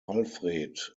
alfred